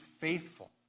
faithful